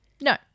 No